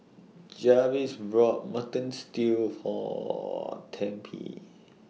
Jarvis bought Mutton Stew For Tempie